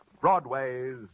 Broadway's